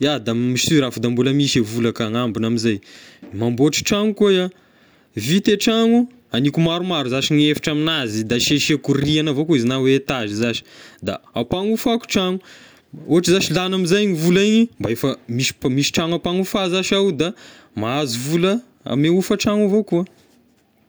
iaho da sur aho fa da mbola misy a vola ka, gn'ambony amizay, mambotra tragno koa iahy, vita e tragno hagniko maromaro zashy ny efitra aminazy da aseseko rihagna avao koa izy na hoe etagy zashy, da ampanofako tragno, ohatry zashy lany amizay igny vola igny mba efa misy mpa- trano ampanofa zashy iaho da mahazo vola ame hofa-trano avao koa.